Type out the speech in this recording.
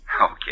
Okay